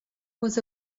was